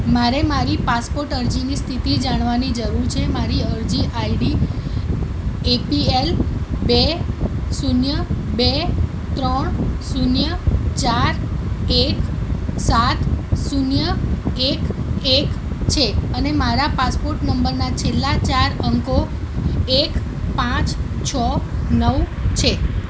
મારે મારી પાસપોટ અરજીની સ્થિતિ જાણવાની જરૂર છે મારી અરજી આઇડી એપીએલ બે શૂન્ય બે ત્રણ શૂન્ય ચાર એક સાત શૂન્ય એક એક છે અને મારા પાસપોટ નંબરના છેલ્લા ચાર અંકો એક પાંચ છ નવ છે